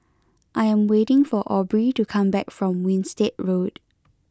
I am waiting for Aubrey to come back from Winstedt Road